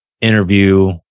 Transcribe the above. interview